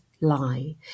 lie